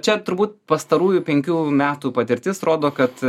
čia turbūt pastarųjų penkių metų patirtis rodo kad